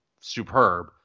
superb